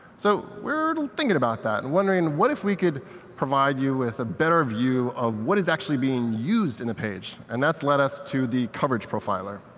so we're thinking about that and wondering, what if we could provide you with a better view of what is actually being used in the page? and that's led us to the coverage profiler.